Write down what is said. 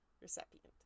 recipient